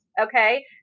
Okay